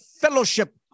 fellowship